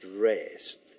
rest